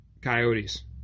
coyotes